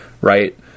Right